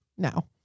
Now